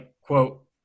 quote